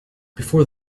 before